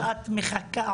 האימהות שאנחנו כל כך מכבדים,